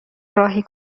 راهی